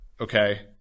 Okay